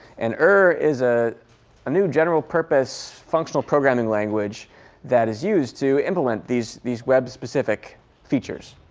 and ur is a ah new general purpose functional programming language that is used to implement these these web specific features.